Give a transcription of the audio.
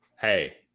Hey